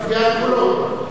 לקביעת גבולות.